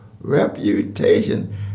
reputation